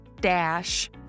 dash